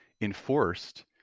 enforced